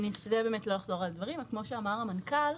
כמו שאמר המנכ"ל,